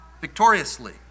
victoriously